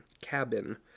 cabin